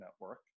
network